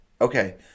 Okay